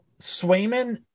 Swayman